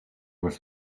with